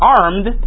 armed